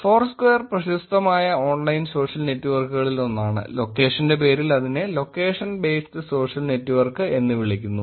Foursquare പ്രശസ്തമായ online social നെറ്റ്വർക്കുകളിൽ ഒന്നാണ് ലൊക്കേഷന്റെ പേരിൽ അതിനെ ലൊക്കേഷൻ ബേസ്ഡ് സോഷ്യൽ നെറ്റ്വർക്ക് എന്ന് വിളിക്കുന്നു